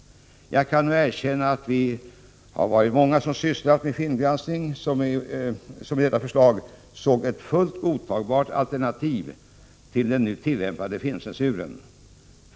Jag kan nu erkänna att vi har varit många som sysslat med filmgranskning som i detta förslag såg ett fullt godtagbart alternativ till den nu tillämpade filmcensuren.